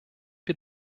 wir